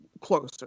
closer